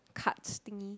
cards thing